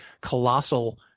colossal